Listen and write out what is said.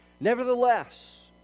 Nevertheless